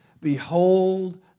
Behold